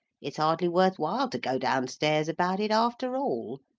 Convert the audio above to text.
it's hardly worth while to go downstairs about it, after all.